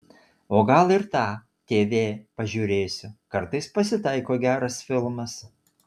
o gal ir tą tv pažiūrėsiu kartais pasitaiko geras filmas